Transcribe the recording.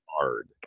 hard